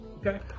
Okay